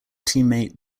teammate